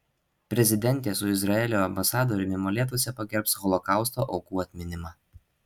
prezidentė su izraelio ambasadoriumi molėtuose pagerbs holokausto aukų atminimą